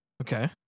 Okay